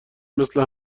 مثل